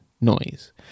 noise